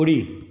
ॿुड़ी